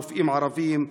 רופאים ערבים,